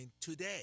today